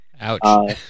Ouch